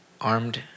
armed